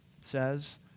says